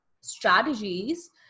strategies